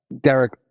derek